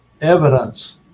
evidence